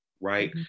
right